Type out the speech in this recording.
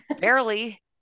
barely